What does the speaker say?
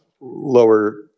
lower